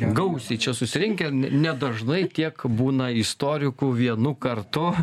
gausiai čia susirinkę ne nedažnai tiek būna istorikų vienu kartu